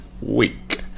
week